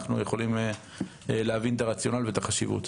אנחנו יכולים להבין את הרציונל ואת החשיבות.